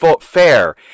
fair